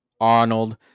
Arnold